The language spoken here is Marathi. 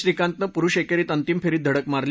श्रीकांतनं पुरुष एकेरीत अंतिम फेरीत धडक मारली